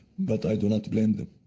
but i do not blame them.